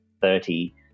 thirty